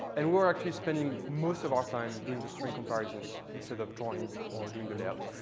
and we were actually spending most of our time doing the string comparisons instead of drawing or doing the layout.